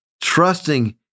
trusting